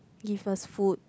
give us food